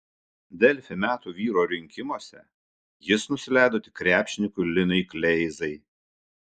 delfi metų vyro rinkimuose jis nusileido tik krepšininkui linui kleizai